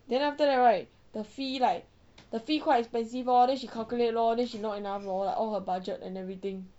then after that right the fee like the fee quite expensive lor then she calculate lor then she not enough lor like all her budget and everything